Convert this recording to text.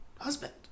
husband